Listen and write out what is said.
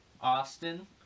Austin